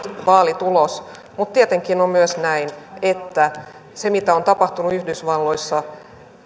vaalitulosta mutta tietenkin on myös näin että siitä mitä on tapahtunut yhdysvalloissa